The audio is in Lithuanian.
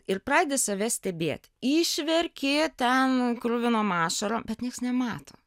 ir pradedi save stebėti išverki ten kruvinom ašarom bet nieks nemato